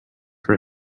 for